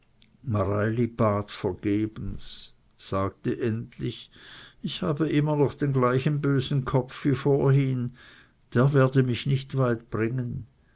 vergebens sagte endlich ich habe noch immer den gleichen bösen kopf wie vorhin der werde mich nicht weit bringen